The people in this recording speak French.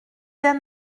d’un